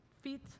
feet